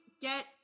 get